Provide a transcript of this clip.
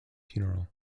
funeral